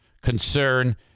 concern